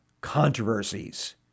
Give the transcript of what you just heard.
controversies